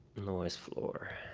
noise floor.